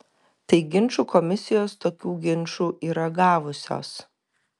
tai ginčų komisijos tokių ginčų yra gavusios